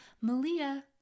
Malia